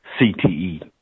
CTE